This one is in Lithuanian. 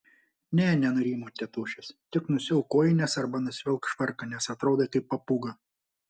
ne nenurimo tėtušis tik nusiauk kojines arba nusivilk švarką nes atrodai kaip papūga